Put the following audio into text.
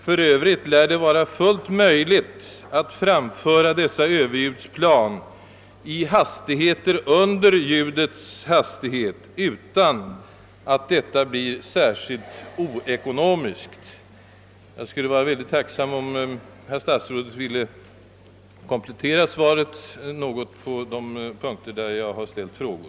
För övrigt lär det vara möjligt att framföra dessa överljudsplan med hastigheter som understiger ljudets utan att detta blir särskilt oekonomiskt. Jag skulle vara mycket tacksam, om herr statsrådet ville komplettera svaret något på de punkter, där jag ställt frågor.